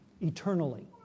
eternally